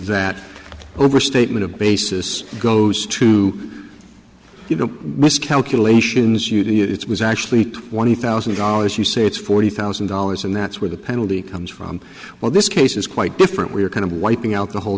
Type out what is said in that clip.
that overstatement of basis goes to you know miscalculations unit it was actually one thousand dollars you say it's forty thousand dollars and that's where the penalty comes from well this case is quite different we're kind of wiping out the whole